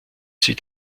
sie